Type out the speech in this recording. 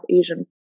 Asian